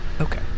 Okay